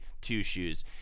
two-shoes